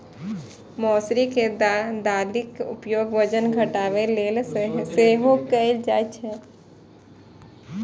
मौसरी के दालिक उपयोग वजन घटाबै लेल सेहो कैल जाइ छै